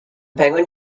penguin